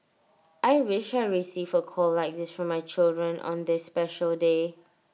I wish I receive A call like this from my children on this special day